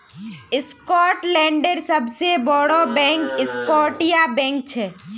स्कॉटलैंडेर सबसे बोड़ो बैंक स्कॉटिया बैंक छे